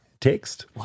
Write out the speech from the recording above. text